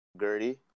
Gertie